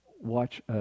watch